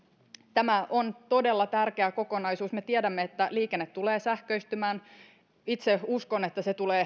tämä on todella tärkeä kokonaisuus me tiedämme että liikenne tulee sähköistymään itse uskon että se tulee